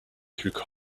through